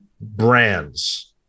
brands